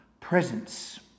presence